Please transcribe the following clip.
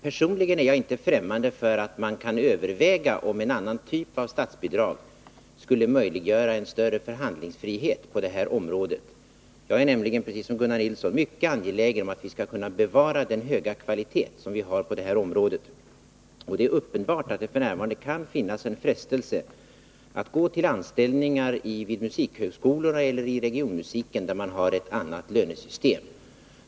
Personligen är jag inte främmande för att man kan överväga om en annan typ av statsbidrag skulle möjliggöra en större förhandlingsfrihet på detta område. Jag är nämligen precis som Gunnar Nilsson mycket angelägen om att vi skall kunna bevara den höga kvaliteten på det här området. Det är uppenbart att det f. n. kan finnas en frestelse att gå till anställningar vid musikhögskolorna eller inom regionmusiken, där det är ett annat lönesystem.